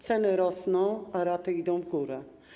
Ceny rosną, a raty idą w górę.